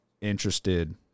interested